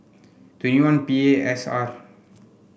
twenty one P A S R